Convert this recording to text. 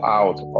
out